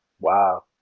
wow